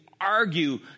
Argue